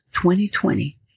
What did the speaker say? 2020